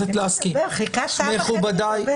הוא חיכה שעה וחצי כדי לדבר.